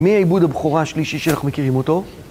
מי איבוד הבכורה השלישי שאנחנו מכירים אותו?